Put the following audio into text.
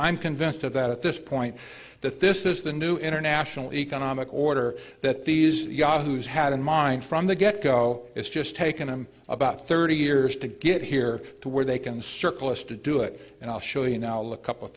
i'm convinced of that at this point that this is the new international economic order that these yahoos had in mind from the get go it's just taken him about thirty years to get here to where they can circle us to do it and i'll show you now